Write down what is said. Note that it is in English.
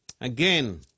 Again